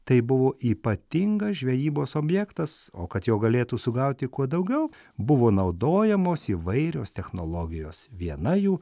tai buvo ypatingas žvejybos objektas o kad jo galėtų sugauti kuo daugiau buvo naudojamos įvairios technologijos viena jų